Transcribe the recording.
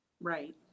right